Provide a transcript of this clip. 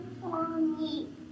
mommy